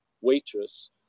waitress